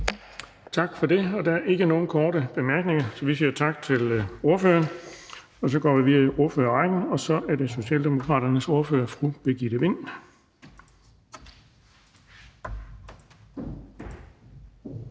Tak for det. Der er ikke nogen korte bemærkninger, så vi siger tak til ordføreren. Vi går videre i ordførerrækken, og så er det Socialdemokraternes ordfører, fru Birgitte Vind.